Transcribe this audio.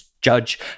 judge